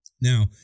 Now